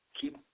keep